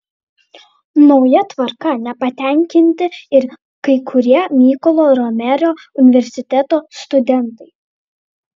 nauja tvarka nepatenkinti ir kai kurie mykolo romerio universiteto studentai